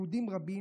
יהודים רבים,